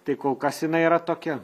tai kol kas jinai yra tokia